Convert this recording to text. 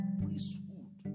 priesthood